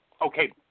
Okay